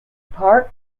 park